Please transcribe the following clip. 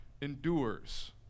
endures